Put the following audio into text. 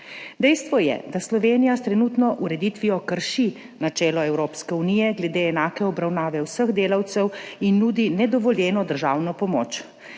Dejstvo je, da Slovenija s trenutno ureditvijo krši načelo Evropske unije glede enake obravnave vseh delavcev in nudi nedovoljeno državno pomoč.